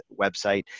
website